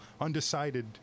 undecided